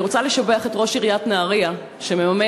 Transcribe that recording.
אני רוצה לשבח את ראש עיריית נהריה שמממן